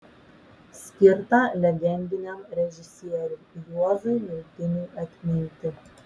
skirta legendiniam režisieriui juozui miltiniui atminti